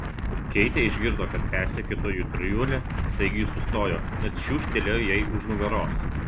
keitė išgirdo kad persekiotojų trijulė staigiai sustojo net čiūžtelėjo jai už nugaros